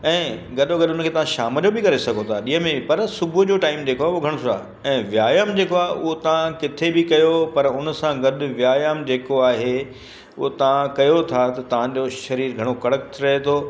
ऐं गॾो गॾु उन खे तव्हां शाम जो बि करे सघो था ॾींहं में पर सुबुह जो टाइम जेको आहे उहो घणो सुठो आहे ऐं व्यायाम जेको आहे उहो तव्हां किथे बि कयो पर हुन सां गॾु व्यायाम जेको आहे उहो तव्हां कयो था त तव्हांजो शरीर घणो कड़क रहे थो